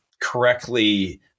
correctly